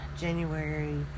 January